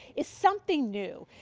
is something new.